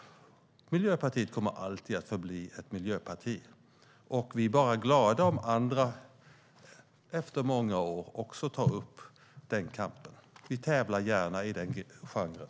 Miljöpartiet kommer alltid att förbli ett miljöparti. Vi är bara glada om andra - efter många år - också tar upp den kampen. Vi tävlar gärna i den genren.